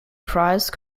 price